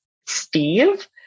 Steve